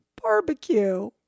Barbecue